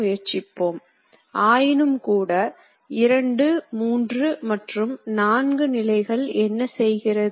மற்றும் அனைத்து இயந்திரங்களும் இயக்கத்தை உருவாக்குகின்றன